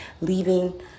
leaving